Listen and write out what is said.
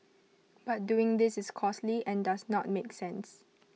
but doing this is costly and does not make sense